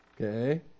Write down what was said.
Okay